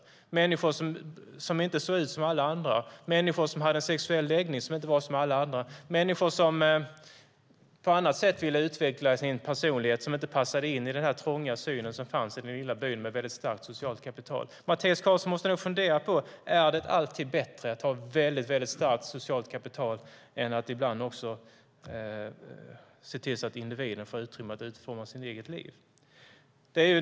Hur var det för människor som inte såg ut som alla andra, som hade en sexuell läggning som inte var som alla andras eller som ville utveckla sin personlighet och inte passade in i den trånga syn som fanns i den lilla byn med starkt socialt kapital? Mattias Karlsson borde fundera på om det alltid är bättre att ha ett väldigt starkt socialt kapital än att låta individen få utrymme att utforma sitt eget liv.